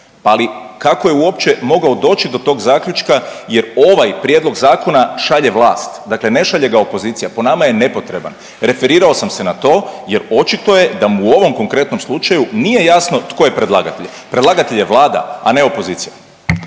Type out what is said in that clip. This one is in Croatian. Ali kako je uopće mogao doći do tog zaključka, jer ovaj prijedlog zakona šalje vlast. Dakle, ne šalje ga opozicija. Po nama je nepotreban. Referirao sam se na to, jer očito je da mu u ovom konkretnom slučaju nije jasno tko je predlagatelj. Predlagatelj je Vlada, a ne opozicija.